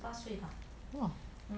!wah!